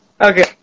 Okay